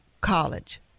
college